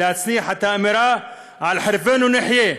להנציח את האמירה "על חרבנו נחיה".